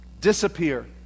disappear